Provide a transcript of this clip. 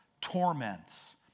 torments